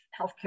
healthcare